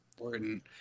important